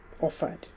offered